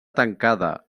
tancada